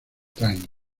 times